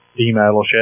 email